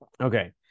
okay